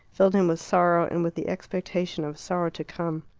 filled him with sorrow and with the expectation of sorrow to come.